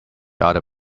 other